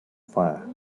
fire